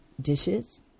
dishes